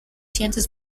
chances